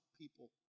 people